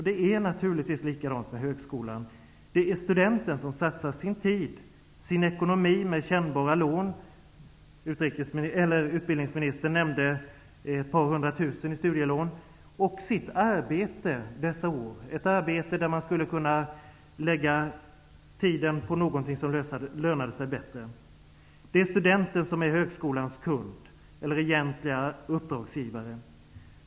Det är naturligtvis likadant med högskolan. Det är studenten som satsar sin tid, sin ekonomi genom kännbara lån -- utbildningsministern talade om studielån på ett par hundra tusen kronor -- och sitt arbete. Man kunde ju ägna tiden åt något som lönade sig bättre. Det är studenten som är högskolans kund, eller egentliga uppdragsgivare.